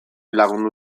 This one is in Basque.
lagundu